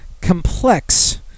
complex